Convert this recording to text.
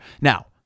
Now